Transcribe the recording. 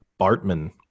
Bartman